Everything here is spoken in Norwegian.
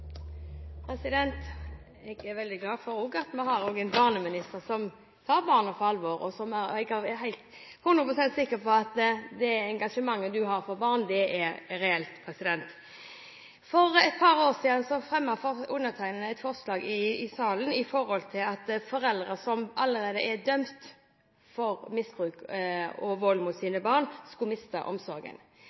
veldig glad for at vi også har en barneminister som tar barn på alvor, og jeg er 100 pst. sikker på at det engasjementet hun har for barn, er reelt. For et par år siden fremmet undertegnede et forslag i salen om at foreldre som allerede er dømt for misbruk av og vold mot sine barn, skulle miste omsorgen.